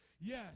Yes